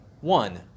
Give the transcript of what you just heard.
One